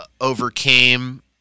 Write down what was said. overcame